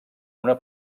una